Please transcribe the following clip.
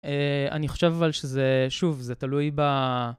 אני חושב אבל שזה, שוב, זה תלוי ב...